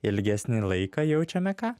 ilgesnį laiką jaučiame ką